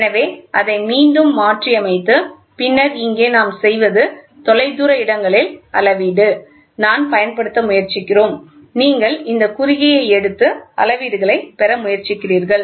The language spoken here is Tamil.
எனவே அதை மீண்டும் மாற்றியமைத்து பின்னர் இங்கே நாம் செய்வது தொலைதூர இடங்களில் அளவீடுநான் பயன்படுத்த முயற்சிக்கிறோம் நீங்கள் இந்த குறிகையை எடுத்து அளவீடுகளை பெற முயற்சிக்கிறீர்கள்